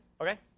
Okay